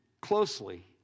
closely